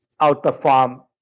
outperform